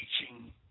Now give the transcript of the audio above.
teaching